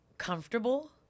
Comfortable